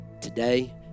Today